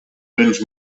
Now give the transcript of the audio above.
béns